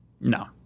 No